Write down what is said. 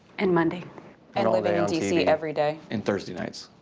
and mondays. and living in d c. every day. and thursday nights.